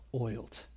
oiled